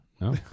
No